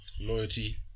loyalty